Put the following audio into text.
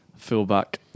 Fullback